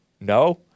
No